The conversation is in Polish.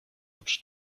prócz